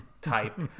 type